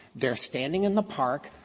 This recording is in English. they're standing in the park.